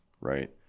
right